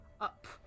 up